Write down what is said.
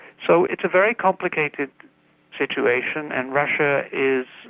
so it's a very complicated situation, and russia is,